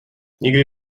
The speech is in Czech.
nikdy